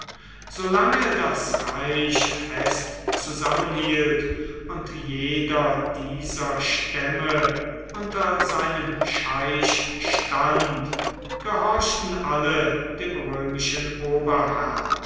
das reich fest zusammenhielt und jeder dieser stämme unter seinem scheich stand gehorchten alle dem römischen